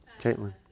Caitlin